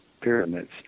pyramids